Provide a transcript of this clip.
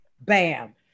bam